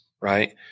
right